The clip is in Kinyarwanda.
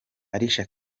alicia